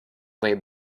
laid